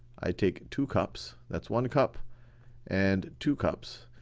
i take two cups. that's one cup and two cups,